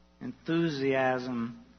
enthusiasm